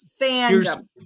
fandom